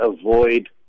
avoid